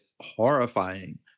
horrifying